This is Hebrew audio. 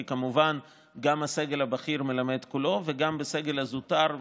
כי כמובן גם הסגל הבכיר מלמד כולו וגם בסגל הזוטר,